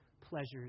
pleasures